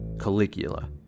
Caligula